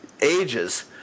ages